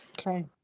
okay